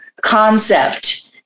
concept